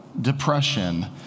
depression